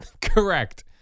Correct